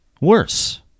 worse